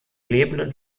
lebenden